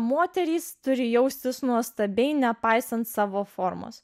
moterys turi jaustis nuostabiai nepaisant savo formos